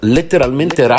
Letteralmente